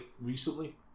recently